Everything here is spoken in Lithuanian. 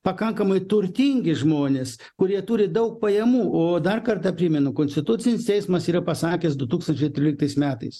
pakankamai turtingi žmonės kurie turi daug pajamų o dar kartą primenu konstitucinis teismas yra pasakęs du tūkstančiai tryliktais metais